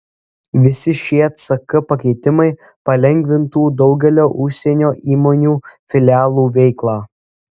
visi šie ck pakeitimai palengvintų daugelio užsienio įmonių filialų veiklą